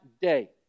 day